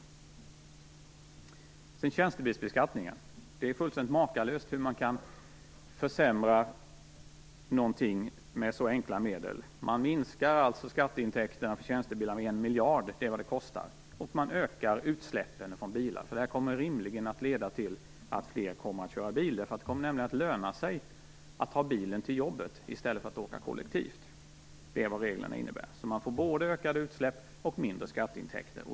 När det gäller tjänstebilsbeskattningen är det fullständigt makalöst hur man kan försämra någonting så mycket med så enkla medel. Man minskar alltså skatteintäkterna för tjänstebilar med 1 miljard - det är vad det kostar. Samtidigt ökar man utsläppen från bilar, eftersom det här rimligtvis kommer att leda till att fler kör bil. Det kommer nämligen att löna sig att ta bilen till jobbet i stället för att åka kollektivt. Det är vad reglerna innebär. Man får alltså både ökade utsläpp och mindre skatteintäkter.